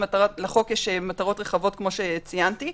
לחוק יש מטרות רחבות, כמו שציינתי,